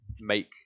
make